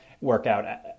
workout